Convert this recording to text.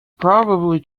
probably